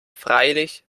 freilich